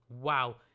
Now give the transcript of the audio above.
Wow